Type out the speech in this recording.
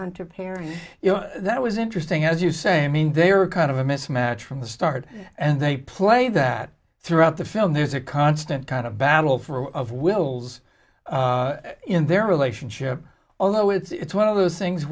hunter perry you know that was interesting as you say mean they were kind of a mismatch from the start and they play that throughout the film there's a constant kind of battle for all of wills in their relationship although it's one of those things